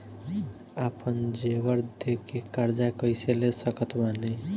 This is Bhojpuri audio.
आपन जेवर दे के कर्जा कइसे ले सकत बानी?